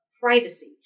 privacy